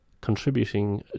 contributing